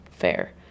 fair